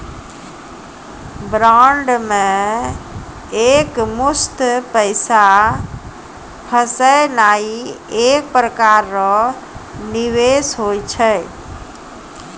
bond मे एकमुस्त पैसा फसैनाइ एक प्रकार रो निवेश हुवै छै